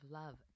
love